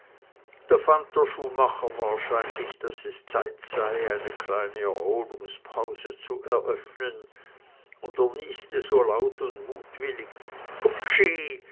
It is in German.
der schuhmacher wahrscheinlich daß es zeit sei eine kleine erholungspause zu eröffnen und nieste so laut und mutwillig hupschi